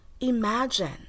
imagine